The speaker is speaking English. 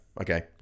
Okay